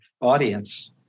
audience